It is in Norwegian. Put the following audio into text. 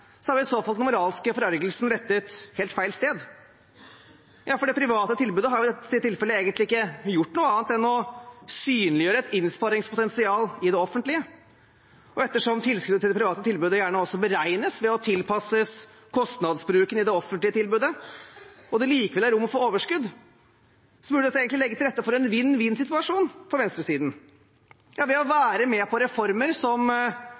i så fall den moralske forargelsen rettet helt feil sted. Det private tilbudet har i dette tilfellet egentlig ikke gjort noe annet enn å synliggjøre et innsparingspotensial i det offentlige, og ettersom tilskuddet til det private tilbudet gjerne også beregnes ved å tilpasses kostnadsbruken i det offentlige tilbudet, og det likevel er rom for overskudd, burde dette egentlig legge til rette for en vinn-vinn-situasjon for venstresiden. Ved å være med på reformer som